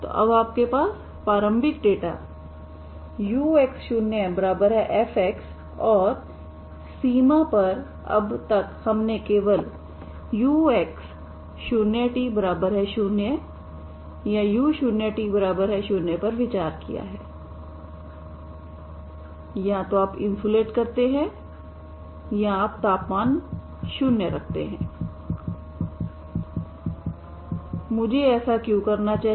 तो अब आपके पास प्रारंभिक डेटा ux0f है और सीमा पर अब तक हमने केवल ux0t0 या u0t0 पर विचार किया है या तो आप इंसुलेट करते हैं या आप तापमान शून्य रखते हैं मुझे ऐसा क्यों करना चाहिए